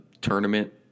tournament